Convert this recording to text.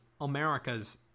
America's